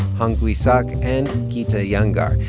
hong-gui sak and gita yangar.